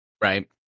Right